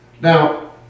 Now